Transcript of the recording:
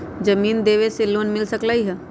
जमीन देवे से लोन मिल सकलइ ह?